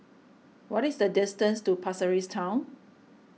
what is the distance to Pasir Ris Town